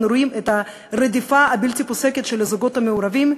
אנחנו רואים את הרדיפה הבלתי-פוסקת של הזוגות המעורבים,